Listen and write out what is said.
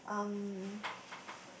um